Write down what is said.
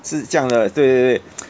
是这样的对对对